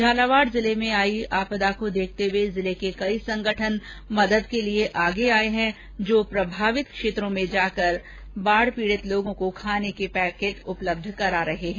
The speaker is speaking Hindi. झालावाड़ जिले में आई आपदा को देखते हुए जिले के कई संगठन मदद के लिए आगे है जो प्रभावित क्षेत्रों में जाकर प्रभावित लोगों को खाने के पैकेट उपलब्ध करवाए जा रहे है